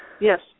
Yes